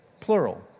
Plural